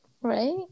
Right